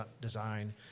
design